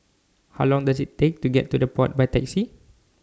How Long Does IT Take to get to The Pod By Taxi